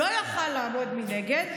לא יכול היה לעמוד מנגד,